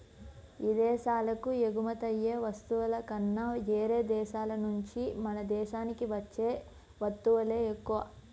ఇదేశాలకు ఎగుమతయ్యే వస్తువుల కన్నా యేరే దేశాల నుంచే మన దేశానికి వచ్చే వత్తువులే ఎక్కువ